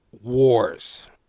wars